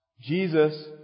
Jesus